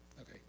okay